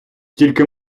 тільки